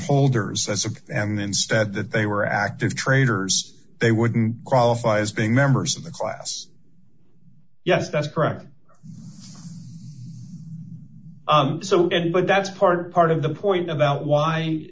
folders and then stead that they were active traders they wouldn't qualify as being members of the class yes that's correct so but that's part of part of the point about why